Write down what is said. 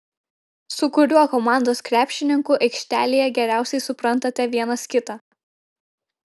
su kuriuo komandos krepšininku aikštelėje geriausiai suprantate vienas kitą